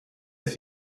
ist